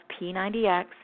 P90X